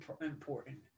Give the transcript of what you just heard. important